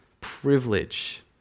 privilege